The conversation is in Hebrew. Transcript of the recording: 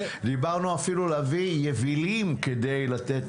דיברנו אפילו להביא יבילים כדי לתת